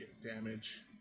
damage